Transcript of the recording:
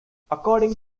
according